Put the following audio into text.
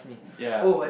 ya